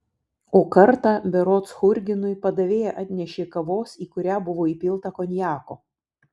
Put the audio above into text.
o kartą berods churginui padavėja atnešė kavos į kurią buvo įpilta konjako